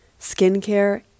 skincare